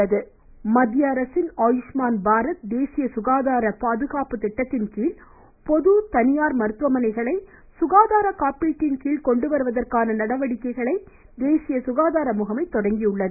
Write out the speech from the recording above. தேசிய சுகாதார முகமை மத்திய அரசின் ஆயுஷ்மான் பாரத் தேசிய சுகாதார பாதுகாப்பு திட்டத்தின்கீழ் மற்றும் தனியார் மருத்துவமனைகளை சுகாதார காப்பீட்டின் பொது க்ப் கொண்டுவருவதற்கான நடவடிக்கைகளை தேசிய சுகாதார முகமை தொடங்கியுள்ளது